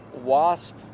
wasp